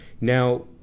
Now